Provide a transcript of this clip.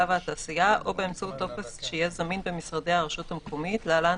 והתעשייה או באמצעות טופס שיהיה זמין במשרדי הרשות המקומית (להלן,